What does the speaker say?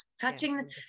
Touching